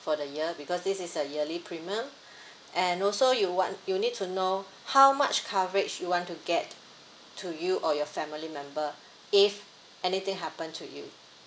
for the year because this is a yearly premium and also you want you need to know how much coverage you want to get to you or your family member if anything happen to you